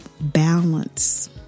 balance